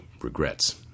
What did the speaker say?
regrets